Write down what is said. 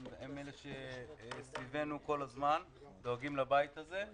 הם אלה שסביבנו כל הזמן דואגים לבית הזה.